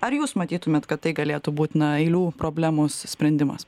ar jūs matytumėt kad tai galėtų būt na eilių problemų sprendimas